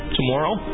Tomorrow